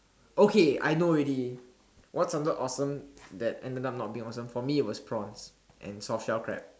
okay I know already what sounded awesome that ended up not being awesome for me it was prawn and soft shell crab